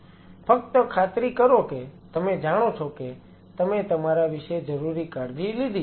ફક્ત ખાતરી કરો કે તમે જાણો છો કે તમે તમારા વિશે જરૂરી કાળજી લીધી છે